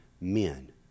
men